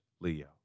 leo